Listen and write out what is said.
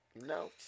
No